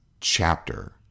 chapter